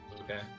Okay